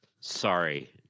Sorry